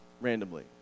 randomly